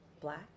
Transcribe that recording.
black